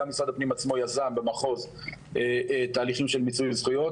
גם משרד הפנים עצמו יזם במחוז תהליכים של מיצוי זכויות.